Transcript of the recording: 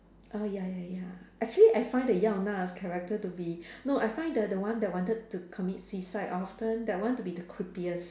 oh ya ya ya actually I find the Yao Na character to be no I find the the one that wanted to commit suicide often that one to be the creepiest